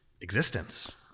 existence